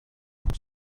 pour